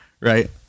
Right